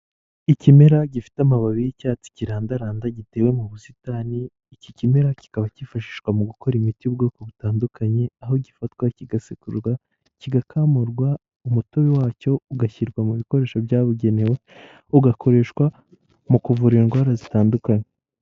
Ikimera gifite amababi y'icyatsi kirandaranda gitewe mu busitani, iki kimera kikaba cyifashishwa mu gukora imiti y'ubwoko butandukanye, aho gifatwa, kigasegurwa, kigakamurwa, umutobe wacyo ugashyirwa mu bikoresho byabugenewe ugakoreshwa mu kuvura indwara zitandukanye.